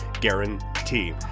guarantee